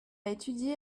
étudié